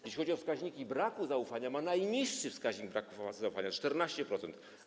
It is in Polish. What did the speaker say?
Jeśli chodzi o wskaźniki braku zaufania, to ma najniższy wskaźnik braku zaufania: 14%.